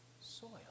Soil